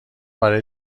برای